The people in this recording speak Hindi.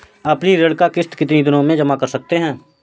अपनी ऋण का किश्त कितनी दिनों तक जमा कर सकते हैं?